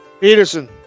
Peterson